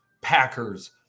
Packers